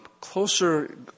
closer